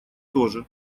тоже